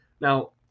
Now